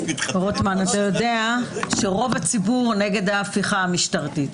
רוטמן, אתה יודע שרוב הציבור נגד ההפיכה המשטרית.